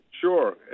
Sure